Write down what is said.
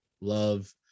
love